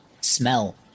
Smell